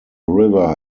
river